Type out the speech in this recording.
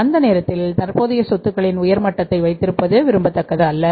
அந்த நேரத்தில் தற்போதைய சொத்துக்களின் உயர் மட்டத்தை வைத்திருப்பது விரும்பத்தக்கது அல்ல